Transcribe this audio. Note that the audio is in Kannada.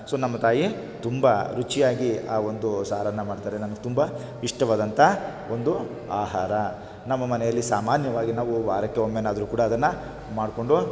ಸೊ ನಮ್ಮ ತಾಯಿ ತುಂಬ ರುಚಿಯಾಗಿ ಆ ಒಂದು ಸಾರನ್ನು ಮಾಡ್ತಾರೆ ನನ್ಗೆ ತುಂಬ ಇಷ್ಟವಾದಂಥ ಒಂದು ಆಹಾರ ನಮ್ಮ ಮನೆಯಲ್ಲಿ ಸಾಮಾನ್ಯವಾಗಿ ನಾವು ವಾರಕ್ಕೆ ಒಮ್ಮೆಯಾದ್ರೂ ಕೂಡ ಅದನ್ನು ಮಾಡಿಕೊಂಡು